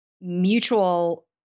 mutual